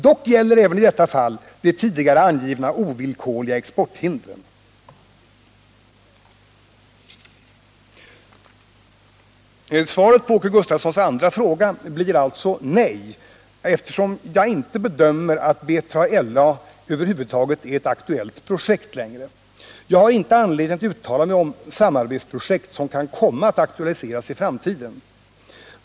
Dock gäller även i detta fall de tidigare angivna ovillkorliga exporthindren.” Svaret på Åke Gustavssons andra fråga blir alltså nej, eftersom jag inte bedömer att BILA över huvud taget längre är ett aktuellt projekt. Jag har inte anledning att uttala mig om samarbetsprojekt som kan komma att aktualiseras i framtiden.